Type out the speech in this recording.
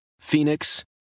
Phoenix